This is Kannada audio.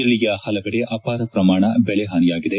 ಜಿಲ್ಲೆಯ ಪಲವೆಡೆ ಅಪಾರ ಪ್ರಮಾಣ ಬೆಳೆ ಹಾನಿಯಾಗಿದೆ